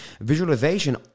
Visualization